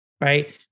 right